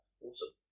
Awesome